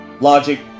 Logic